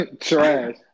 Trash